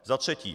Za třetí.